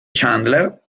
chandler